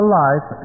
life